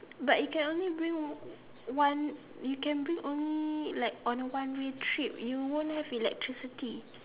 but you can only bring one you can bring only like on a one way trip you won't have electricity